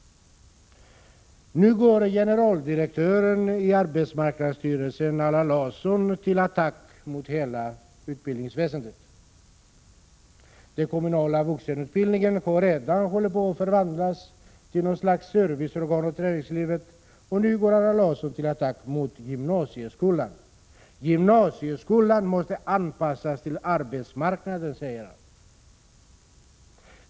Nu går generaldirektören i arbetsmarknadsstyrelsen Allan Larsson till attack mot hela utbildningsväsendet. Den kommunala vuxenutbildningen håller redan på att förvandlas till något slags serviceorgan åt näringslivet, och nu går Allan Larsson till attack mot gymnasieskolan. Gymnasieskolan måste anpassas till arbetsmarknaden, säger han.